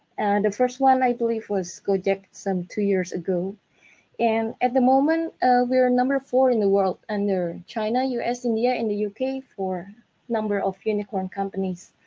the first one, i believe, was go-jek some two years ago and at the moment we are number four in the world under china, u s, india, and u k for number of unicorn companies.